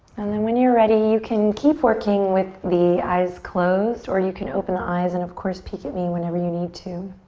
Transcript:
and then when you're ready you can keep working with the eyes closed or you can open the eyes and of course peek at me whenever you need to.